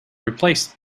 replaced